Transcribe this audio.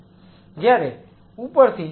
જ્યારે ઉપરથી તે આ રીતે આવી રહ્યું છે